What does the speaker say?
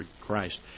Christ